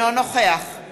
השר אורי